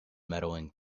medaling